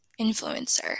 influencer